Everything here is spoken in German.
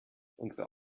unsere